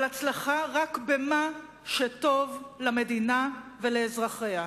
אבל הצלחה רק במה שטוב למדינה ולאזרחיה,